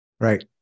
Right